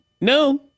No